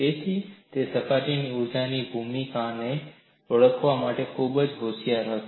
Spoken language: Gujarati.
તેથી તે સપાટીની ઊર્જાની ભૂમિકાને ઓળખવા માટે ખૂબ જ હોશિયાર હતો